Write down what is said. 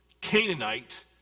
Canaanite